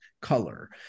color